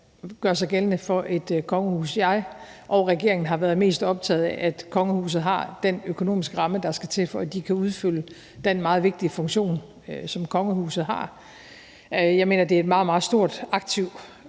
gøre sig gældende for et kongehus. Jeg og regeringen har været mest optagede af, at kongehuset har den økonomiske ramme, der skal til, for at de kan udfylde den meget vigtige funktion, som kongehuset har. Jeg mener, det er et meget, meget stort aktivt